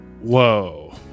Whoa